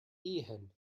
ehen